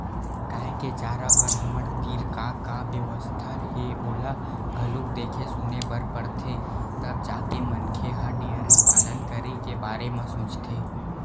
गाय के चारा बर हमर तीर का का बेवस्था हे ओला घलोक देखे सुने बर परथे तब जाके मनखे ह डेयरी पालन करे के बारे म सोचथे